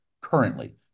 currently